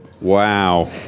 wow